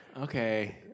okay